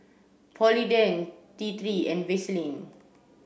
Polident T three and Vaselin